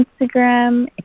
Instagram